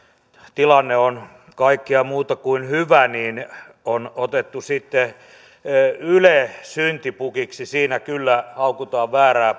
tilanne on kaikkea muuta kuin hyvä niin on otettu sitten yle syntipukiksi siinä kyllä haukutaan väärää